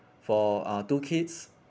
for uh two kids